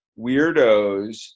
weirdos